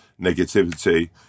negativity